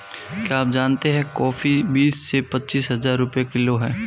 क्या आप जानते है कॉफ़ी बीस से पच्चीस हज़ार रुपए किलो है?